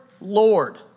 Lord